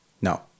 No